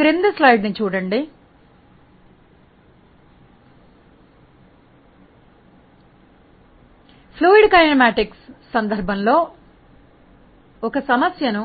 ద్రవ గతిశాస్త్రం సందర్భంలో ఒక సమస్యను